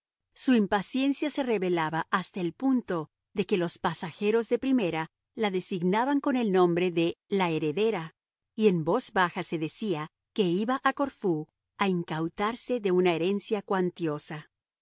su impaciencia se revelaba hasta el punto de que los pasajeros de primera la designaban con el nombre de la heredera y en voz baja se decía que iba a corfú a incautarse de una herencia cuantiosa